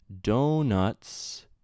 donuts